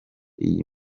iyi